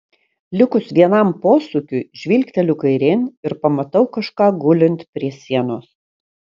likus vienam posūkiui žvilgteliu kairėn ir pamatau kažką gulint prie sienos